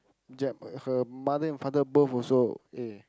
j~ her mother and father both also A